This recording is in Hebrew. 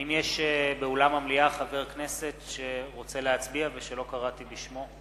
האם יש באולם המליאה חבר כנסת שרוצה להצביע ולא הקראתי את שמו?